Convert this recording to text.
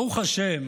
ברוך השם,